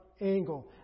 angle